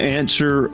answer